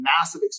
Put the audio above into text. massive